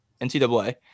NCAA